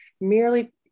merely